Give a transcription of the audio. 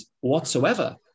whatsoever